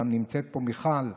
נמצאת פה גם מיכל,